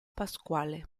pasquale